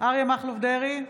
אריה מכלוף דרעי,